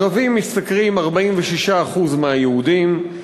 ערבים משתכרים 46% מהיהודים,